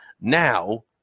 Now